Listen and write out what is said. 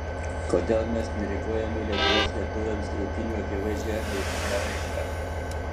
kodėl mes nereaguojame į lietuva lietuviams eitynių akivaizdžią agresyvią raišką